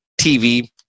TV